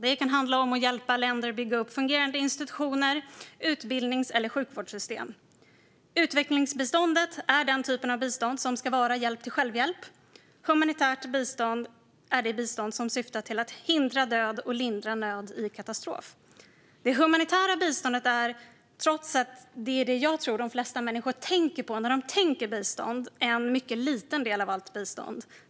Det kan handla om att hjälpa länder att bygga upp fungerande institutioner, utbildningssystem eller sjukvårdssystem. Utvecklingsbiståndet är den typ av bistånd som ska vara hjälp till självhjälp; humanitärt bistånd är det bistånd som syftar till att hindra död och lindra nöd i katastrof. Det humanitära biståndet är - trots att det är det jag tror att de flesta människor tänker på när de tänker "bistånd" - en mycket liten del av allt bistånd.